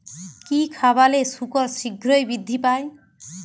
কি খাবালে শুকর শিঘ্রই বৃদ্ধি পায়?